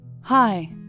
Hi